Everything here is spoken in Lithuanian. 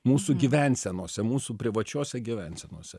mūsų gyvensenose mūsų privačiose gyvensenose